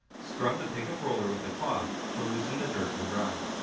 scrub the pickup roller with the cloth to loosen the dirt and grime.